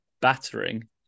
battering